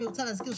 אני רוצה להזכיר,